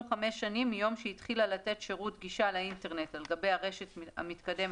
חמש שנים מיום שהתחילה לתת שירות גישה לאינטרנט על גבי הרשת המתקדמת,